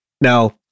Now